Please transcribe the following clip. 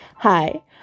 Hi